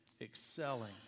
excelling